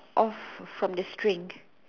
off from the string